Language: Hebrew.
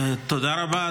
תודה רבה,